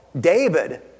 David